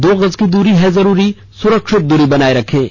दो गज की दूरी है जरूरी सुरक्षित दूरी बनाए रखें